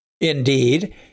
Indeed